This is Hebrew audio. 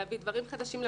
להביא דברים חדשים למערכת,